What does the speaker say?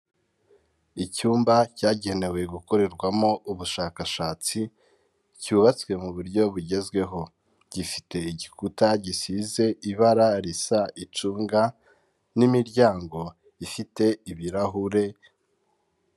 Icyumba cyagenewe gukorerwamo ubushakashatsi, cyubatswe mu buryo bugezweho, gifite igikuta gisize ibara risa icunga, n'imiryango ifite ibirahure.